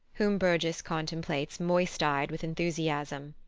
whom burgess contemplates moist-eyed with enthusiasm.